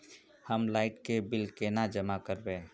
हम लाइट के बिल केना जमा करबे?